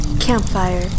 Campfire